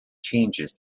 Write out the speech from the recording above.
changes